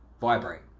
vibrate